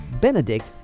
Benedict